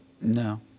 No